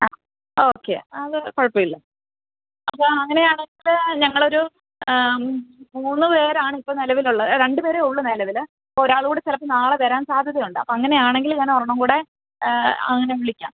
ആ ഓക്കേ അതു കുഴപ്പമില്ല അപ്പോള് അങ്ങനെയാണെങ്കില് ഞങ്ങളൊരു മൂന്നു പേരാണിപ്പോള് നിലവിലുള്ളത് രണ്ടു പേരേ ഉള്ളൂ നിലവില് ഇപ്പോള് ഒരാളുകൂടെ ചിലപ്പോള് നാളെ വരാന് സാധ്യതയുണ്ട് അപ്പോള് അങ്ങനെയാണെങ്കില് ഞാനൊരെണ്ണംകൂടെ അങ്ങനെ വിളിക്കാം